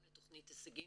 גם לתכנית הישגים,